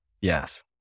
Yes